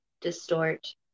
distort